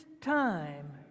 time